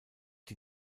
die